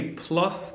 plus